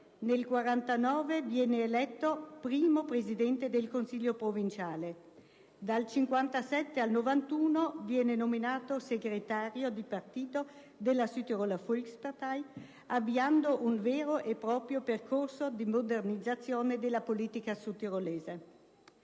Nel 1948 viene eletto primo presidente del Consiglio provinciale. Dal 1957 al 1991, viene nominato segretario del partito della Südtiroler Volkspartei, avviando un vero e proprio processo di modernizzazione della politica sudtirolese.